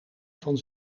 van